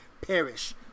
perish